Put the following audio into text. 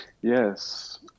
Yes